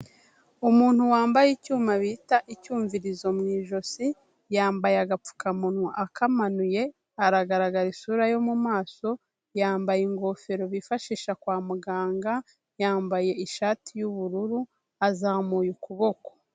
Umuntu wambaye icyuma bita icyumvirizo mu ijosi, yambaye agapfukamunwa akamanuye, haragaragara isura yo mu maso, yambaye ingofero bifashisha kwa muganga, yambaye ishati y'ubururu, azamuye ukuboko.